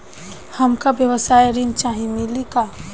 हमका व्यवसाय ऋण चाही मिली का?